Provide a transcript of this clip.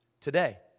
today